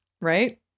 right